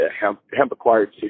hemp-acquired